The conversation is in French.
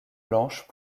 blanche